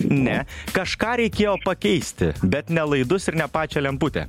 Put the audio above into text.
ne kažką reikėjo pakeisti bet ne laidus ir ne pačią lemputę